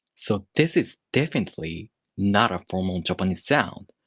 so, this is definitely not a formal japanese sound.